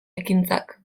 ekintzak